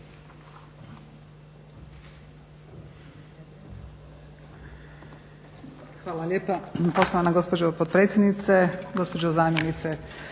Hvala lijepa